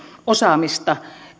osaamista